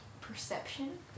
Perception